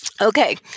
Okay